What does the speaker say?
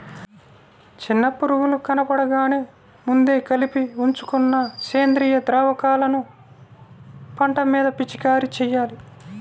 చిన్న పురుగులు కనబడగానే ముందే కలిపి ఉంచుకున్న సేంద్రియ ద్రావకాలను పంట మీద పిచికారీ చెయ్యాలి